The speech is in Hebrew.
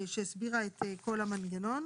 שהסבירה את כל המנגנון.